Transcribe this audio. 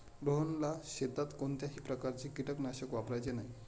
रोहनला शेतात कोणत्याही प्रकारचे कीटकनाशक वापरायचे नाही